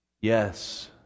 yes